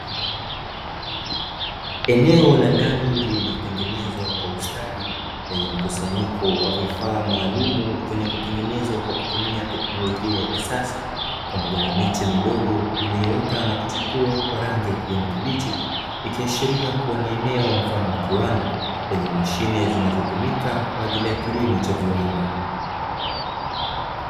Eneo la ndani lililotengenezwa kwa ustadi lenye mkusanyiko wa vifaa maalumu vyenye kutengenezwa kwa kutumia teknolojia ya kisasa pamoja na miche midogo iliyoota na kuchipua kwa rangi ya kijani kibichi, ikiashiria kuwa ni eneo mfano wa kiwanda yenye mashine zinazotumika kwa ajili ya kilimo cha viwanda.